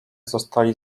zostali